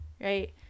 right